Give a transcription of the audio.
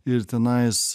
ir tenais